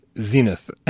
Zenith